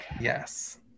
Yes